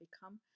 become